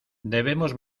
debemos